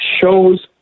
shows